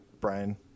Brian